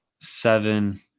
seven